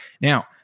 now